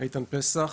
איתן פסח,